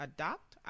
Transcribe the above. Adopt